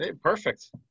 Perfect